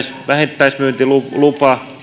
vähittäismyyntilupa